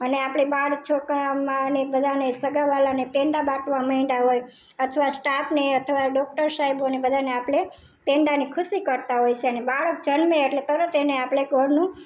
અને આપણે બાળ છોકરાઓમાં અને એ બધાને સગા વાલાને પેંડા બાંટવા મંડયા હોય અથવા સ્ટાફને અથવા ડોકટર સાએબોને બધાને આપણે પેંડાની ખુશી કરતાં હોય છીએ ને બાળક જન્મે એટલે તરત એને આપણે ઘરનું